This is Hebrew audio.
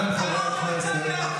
את קראת להם,